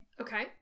okay